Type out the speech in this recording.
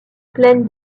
plaine